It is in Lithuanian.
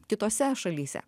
kitose šalyse